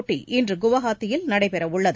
போட்டி இன்று குவஹாத்தியில் நடைபெற உள்ளது